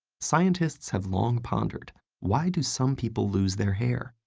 scientists have long pondered, why do some people lose their hair,